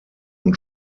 und